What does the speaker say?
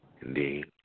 Indeed